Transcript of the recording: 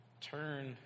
Turn